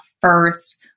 first